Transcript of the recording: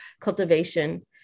cultivation